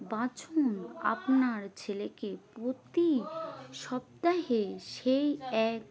বাছুন আপনার ছেলেকে প্রতি সপ্তাহে সেই এক